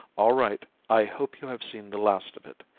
all right. i hope you have seen the last of it.